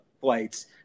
Flights